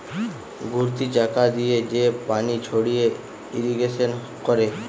ঘুরতি চাকা দিয়ে যে পানি ছড়িয়ে ইরিগেশন করে